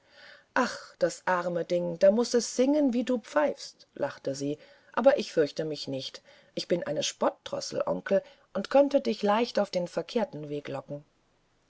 ach das arme ding da muß es singen wie du pfeifst lachte sie aber ich fürchte mich nicht ich bin eine spottdrossel onkel und könnte dich leicht auf den verkehrten weg locken